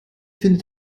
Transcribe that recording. findet